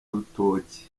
rutoki